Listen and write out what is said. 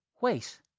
Wait